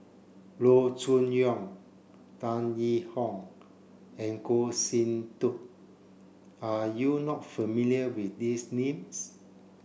Loo Choon Yong Tan Yee Hong and Goh Sin Tub are you not familiar with these names